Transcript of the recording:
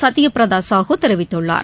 சத்யபிரத சாகு தெரிவித்துள்ளார்